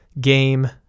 game